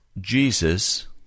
Jesus